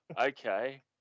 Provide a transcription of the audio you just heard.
okay